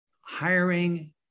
hiring